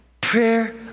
prayer